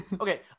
Okay